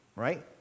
Right